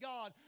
God